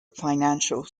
financial